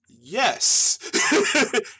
yes